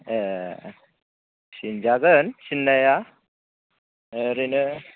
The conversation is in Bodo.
ए सिनजागोन सिननाया ओरैनो